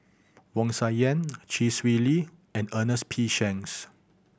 Wu Tsai Yen Chee Swee Lee and Ernest P Shanks